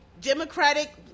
democratic